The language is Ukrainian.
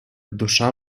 душа